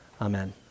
Amen